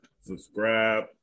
subscribe